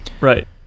Right